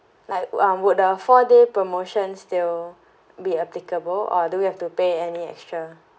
like um would the four day promotion still be applicable or do we have to pay any extra